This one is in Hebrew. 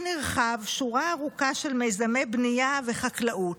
נרחב שורה ארוכה של מיזמי בנייה וחקלאות".